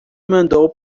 mandou